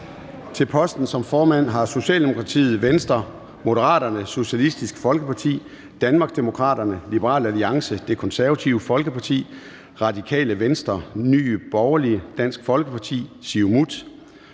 Til posten som formand har Socialdemokratiet, Venstre, Moderaterne, Socialistisk Folkeparti, Danmarksdemokraterne, Liberal Alliance, Det Konservative Folkeparti, Radikale Venstre, Nye Borgerlige, Dansk Folkeparti, Siumut,